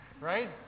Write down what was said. right